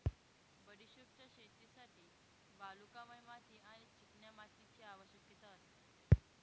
बडिशोपच्या शेतीसाठी वालुकामय माती आणि चिकन्या मातीची आवश्यकता असते